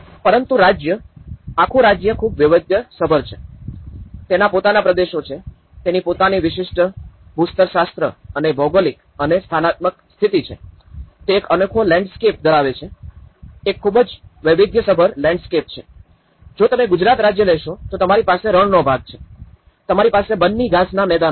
પરંતુ રાજ્ય આખું રાજ્ય ખૂબ વૈવિધ્યસભર છે તેના પોતાના પ્રદેશો છે તેની પોતાની વિશિષ્ટ ભૂસ્તરશાસ્ત્ર અને ભૌગોલિક અને સ્થાનાત્મક સ્થિતિ છે તે એક અનોખો લેન્ડસ્કેપ ધરાવે છે એક ખૂબ જ વૈવિધ્યસભર લેન્ડસ્કેપ છે જો તમે ગુજરાત રાજ્ય લેશો તો તમારી પાસે રણનો ભાગ છે તમારી પાસે બન્ની ઘાસના મેદાનો છે